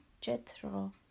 Jethro